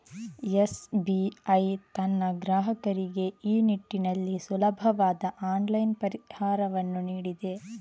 SBI ತನ್ನ ಗ್ರಾಹಕರಿಗೆ ಈ ನಿಟ್ಟಿನಲ್ಲಿ ಸುಲಭವಾದ ಆನ್ಲೈನ್ ಪರಿಹಾರವನ್ನು ನೀಡಿದೆ